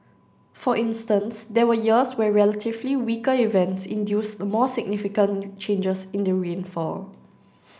for instance there were years where relatively weaker events induced more significant changes in the rainfall